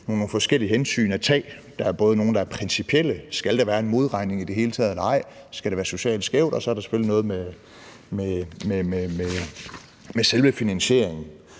forskellige hensyn at tage. Der er både nogle principielle, altså om der skal være en modregning i det hele taget – nej, det skal der ikke – om det skal være socialt skævt, og så er der selvfølgelig noget med selve finansieringen.